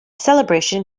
celebration